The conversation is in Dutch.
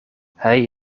hij